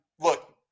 look